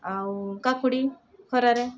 ଆଉ କାକୁଡ଼ି ଖରାରେ